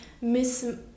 miss